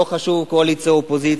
לא חשוב קואליציה-אופוזיציה,